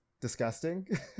disgusting